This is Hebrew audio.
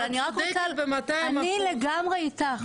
אני לגמרי איתך.